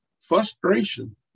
frustration